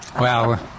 Wow